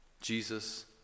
Jesus